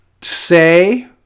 say